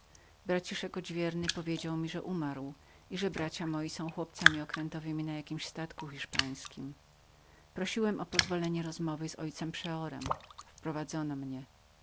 braciszek odźwierny powiedział mi że umarł i że bracia moi byli chłopcami okrętowymi na jakimś statku hiszpańskim prosiłem o pozwolenie rozmowy z ojcem przeorem wprowadzono mnie